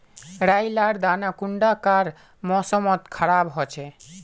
राई लार दाना कुंडा कार मौसम मोत खराब होचए?